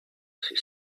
she